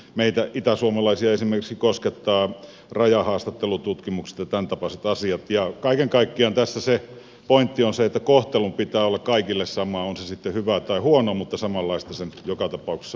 meitä itäsuomalaisia esimerkiksi koskettavat rajahaastattelututkimukset ja tämäntapaiset asiat ja kaiken kaikkiaan tässä se pointti on se että kohtelun pitää olla kaikille sama on se sitten hyvä tai huono samanlaista sen joka tapauksessa pitää olla